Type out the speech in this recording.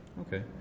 Okay